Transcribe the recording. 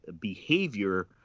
behavior